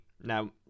now